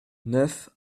neuf